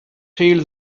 feel